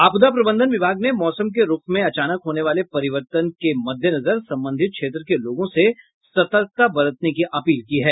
आपदा प्रबंधन विभाग ने मौसम के रूख में अचानक होने वाले परिवर्तन के आशंका के मद्देनजर संबंधित क्षेत्र के लोगों से सतर्कता बरतने की अपील की है